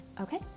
okay